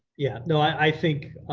yeah, no, i think